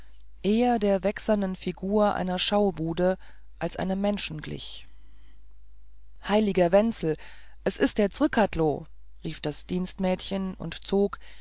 eher der wächsernen figur einer schaubude als einem menschen glich heiliger wenzel es ist der zrcadlo rief das dienstmädchen und zog